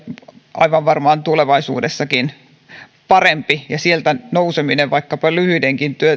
aivan varmaan tulevaisuudessakin on parempi ja sieltä nouseminen vaikkapa lyhyidenkin